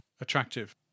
attractive